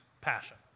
passion